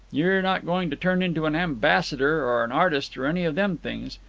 you're not going to turn into an ambassador or an artist or any of them things.